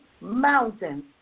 mountains